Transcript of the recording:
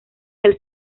del